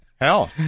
Hell